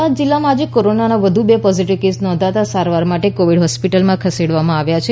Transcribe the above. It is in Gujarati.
બોટાદ જીલ્લામાં આજે કોરોનાના બે વધુ પોઝીટીવ કેસ નોંધાતા સારવાર માટે કોવિડ હોસ્પિટલમાં ખસેડવામાં આવ્યા છે